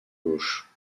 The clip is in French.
gauche